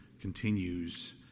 continues